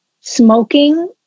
smoking